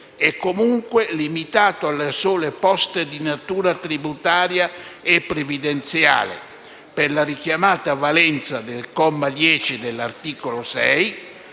e comunque limitato alle sole poste di natura tributaria e previdenziale per la richiamata valenza del comma 10 dell'articolo 6,